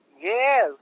yes